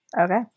Okay